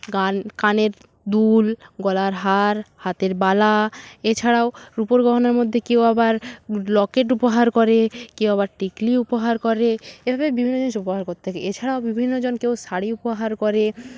গান কানের দুল গলার হার হাতের বালা এছাড়াও রুপোর গহনার মধ্যে কেউ আবার লকেট উপহার করে কেউ আবার টিকলি উপহার করে এভাবে বিভিন্ন জিনিস উপহার করতে থাকে এছাড়াও বিভিন্ন জন কেউ শাড়ি উপহার করে